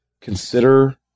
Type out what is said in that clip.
consider